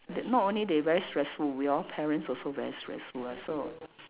they not only they very stressful we all parents also very stressful ah so